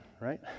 right